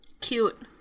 Cute